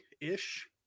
ish